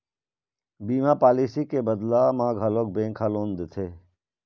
बीमा पॉलिसी के बदला म घलोक बेंक ह लोन देथे